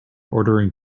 ordering